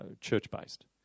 church-based